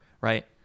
Right